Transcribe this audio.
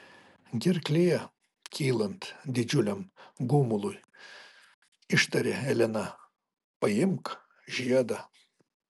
gerklėje kylant didžiuliam gumului ištarė elena paimk žiedą